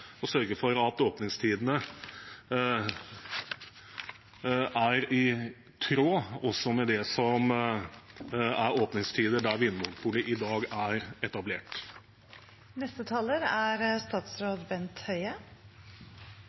sørge for at åpningstidene er i tråd også med åpningstidene der Vinmonopolet i dag er etablert. Lovforslaget følger opp to punkter i Granavolden-plattformen. Det ene er